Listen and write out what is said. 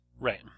Right